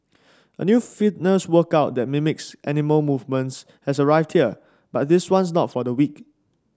a new fitness workout that mimics animal movements has arrived here but this one's not for the weak